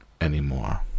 anymore